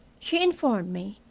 she informed me,